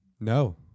No